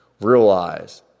realize